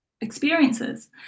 experiences